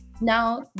Now